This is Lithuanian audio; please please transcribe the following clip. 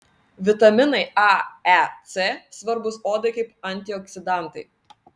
vitaminai a e c svarbūs odai kaip antioksidantai